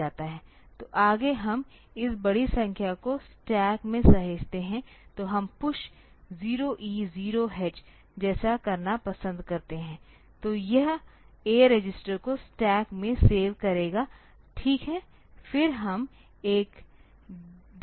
तो आगे हम इस बड़ी संख्या को स्टैक में सहेजते हैं तो हम PUSH 0E0H जैसा करना पसंद करते हैं तो यह A रजिस्टर को स्टैक में सेव करेगा ठीक है फिर हम एक DIV AB करते हैं